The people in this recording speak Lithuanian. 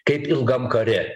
kaip ilgam kare